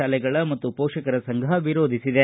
ತಾಲೆಗಳ ಮತ್ತು ಪೋಷಕರ ಸಂಘ ವಿರೋಧಿಸಿದೆ